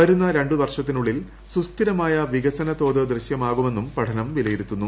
വരുന്ന രണ്ടു വർഷത്തിനുള്ളിൽ സുസ്ഥിരമായ വികസന തോത് ദൃശ്യമാകുമെന്നും പഠനം വിലയിരുത്തുന്നു